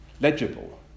legible